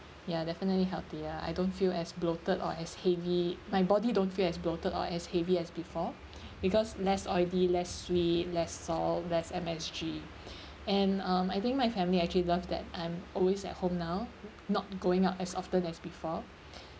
ya definitely healthier I don't feel as bloated or as heavy my body don't feel as bloated or as heavy as before because less oily less sweet less salt less M_S_G and um I think my family actually love that I'm always at home now not going out as often as before